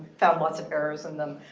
found lots of errors in them.